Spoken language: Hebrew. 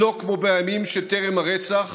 שלא כמו בימים שטרם הרצח,